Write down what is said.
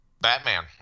Batman